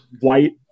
white